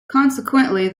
consequently